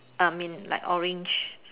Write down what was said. I mean like orange